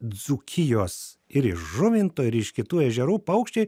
dzūkijos ir iš žuvinto ir iš kitų ežerų paukščiai